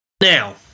Now